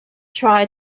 try